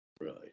Right